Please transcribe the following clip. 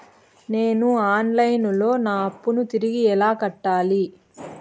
నేను online లో నా అప్పును తిరిగి ఎలా కట్టాలి?